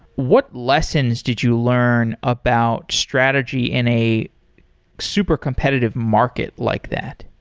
what lessons did you learn about strategy in a super competitive market like that?